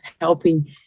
helping